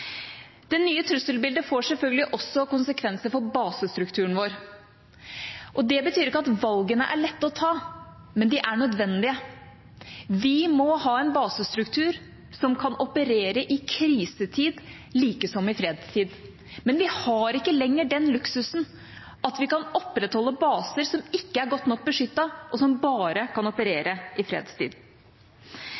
Det nye trusselbildet får selvfølgelig også konsekvenser for basestrukturen vår. Det betyr ikke at valgene er lette å ta, men de er nødvendige. Vi må ha en basestruktur som kan operere i krisetid likesom i fredstid. Men vi har ikke lenger den luksusen at vi kan opprettholde baser som ikke er godt nok beskyttet, og som bare kan